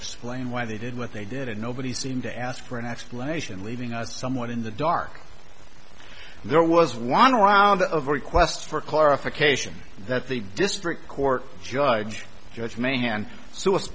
splay why they did what they did and nobody seemed to ask for an explanation leaving us someone in the dark there was one round of requests for clarification that the district court judge judge ma